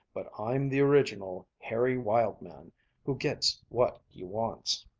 but i'm the original, hairy wild-man who gets what he wants.